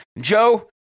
Joe